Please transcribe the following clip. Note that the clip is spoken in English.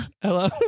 Hello